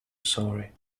sorry